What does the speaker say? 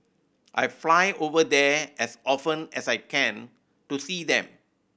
I fly over there as often as I can to see them